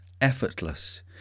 effortless